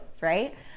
right